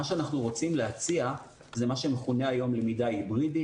מה שאנחנו רוצים להציע זה מה שמכונה היום למידה היברידית,